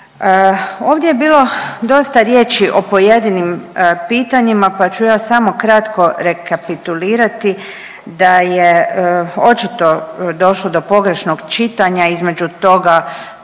Ovdje bilo dosta riječi o pojedinim pitanjima pa ću ja samo kratko rekapitulirati da je očito došlo do pogrešnog čitanja između toga